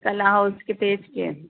کل ہاں اس کے پیج کے